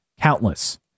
countless